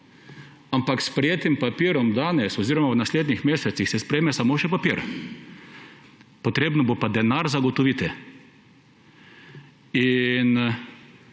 ampak s sprejetim papirjem danes oziroma v naslednjih mesecih se sprejme samo še papir, treba bo pa denar zagotoviti. In